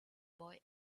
boy